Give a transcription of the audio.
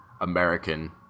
American